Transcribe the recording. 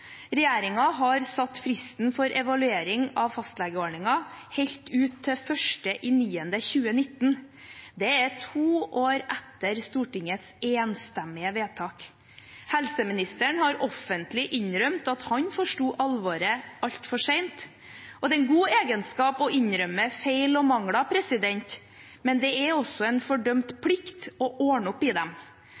har satt fristen for evaluering av fastlegeordningen helt ut til 1. september 2019. Det er to år etter Stortingets enstemmige vedtak. Helseministeren har offentlig innrømmet at han forsto alvoret altfor sent. Det er en god egenskap å innrømme feil og mangler, men det er også en fordømt plikt å ordne opp i dem.